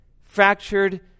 fractured